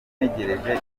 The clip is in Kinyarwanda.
ntegereje